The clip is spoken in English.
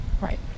Right